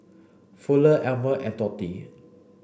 Fuller Almer and Tori